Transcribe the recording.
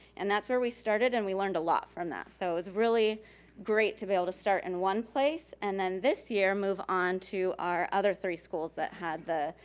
and that's where we started and we learned a lot from that. so it was really great to be able to start in one place and then this year, move on to our other three schools that had the,